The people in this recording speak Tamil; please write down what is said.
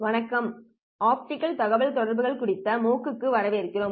வணக்கம் மற்றும் ஆப்டிகல் தகவல்தொடர்புகள் குறித்த MOOC க்கு வரவேற்கிறோம்